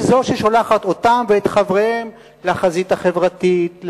זו ששולחת אותם ואת חבריהם לחזית החברתית,